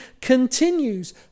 continues